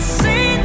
see